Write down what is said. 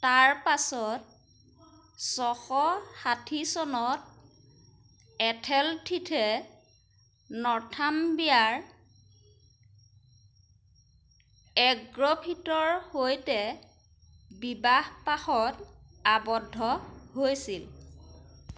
তাৰপাছত ছশ ষাঠি চনত এথেলথ্ৰিথে নৰ্থাম্ব্ৰিয়াৰ এক্গফ্ৰিথৰ সৈতে বিবাহপাশত আবদ্ধ হৈছিল